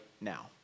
now